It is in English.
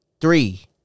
Three